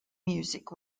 music